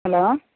hello